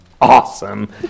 awesome